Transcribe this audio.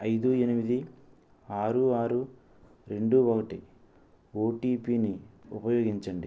ఐదు ఎనిమిది ఆరు ఆరు రెండు ఒకటి ఓటిపిని ఉపయోగించండి